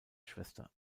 schwester